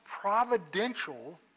providential